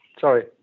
sorry